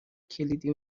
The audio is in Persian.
کلیدی